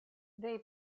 they